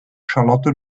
charlotte